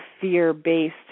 fear-based